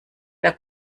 wer